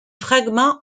fragments